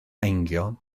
eingion